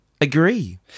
agree